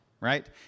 right